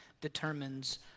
determines